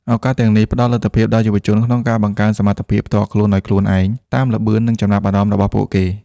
ឱកាសទាំងនេះ ផ្តល់លទ្ធភាពដល់យុវជនក្នុងការបង្កើនសមត្ថភាពផ្ទាល់ខ្លួនដោយខ្លួនឯង តាមល្បឿន និងចំណាប់អារម្មណ៍របស់ពួកគេ។